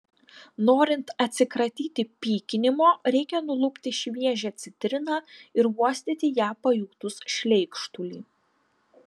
norint atsikratyti pykinimo reikia nulupti šviežią citriną ir uostyti ją pajutus šleikštulį